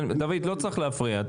לא צריך להפריע,